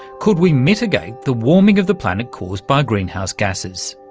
could we mitigate the warming of the planet caused by greenhouse gases?